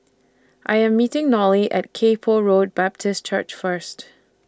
I Am meeting Nolie At Kay Poh Road Baptist Church First